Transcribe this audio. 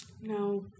No